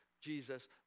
Jesus